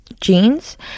jeans